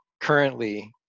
currently